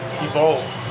evolved